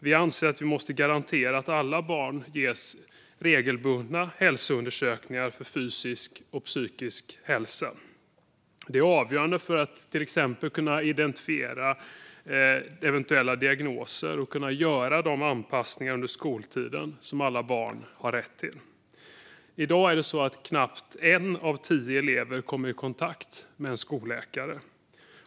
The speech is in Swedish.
Vi anser att vi måste garantera att alla barn ges regelbundna hälsoundersökningar för fysisk och psykisk hälsa. Det är avgörande för att till exempel kunna identifiera eventuella diagnoser och kunna göra de anpassningar under skoltiden som alla barn har rätt till. I dag kommer knappt en av tio elever i kontakt med en skolläkare.